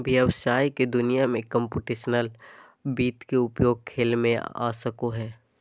व्हवसाय के दुनिया में कंप्यूटेशनल वित्त के उपयोग खेल में आ सको हइ